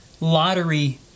lottery